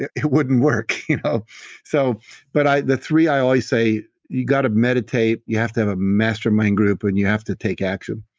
it it wouldn't work. you know so but the three i always say, you got to meditate, you have to have a mastermind group and you have to take action,